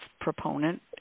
proponent